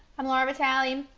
i'm laura vitale,